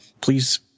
please